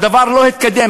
הדבר לא התקדם,